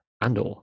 Andor